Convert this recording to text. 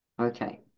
Okay